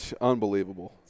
unbelievable